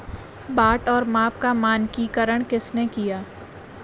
बाट और माप का मानकीकरण किसने किया?